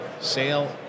sale